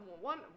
one